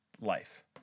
life